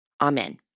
Amen